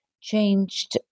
changed